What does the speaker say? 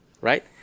right